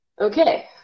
Okay